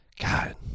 God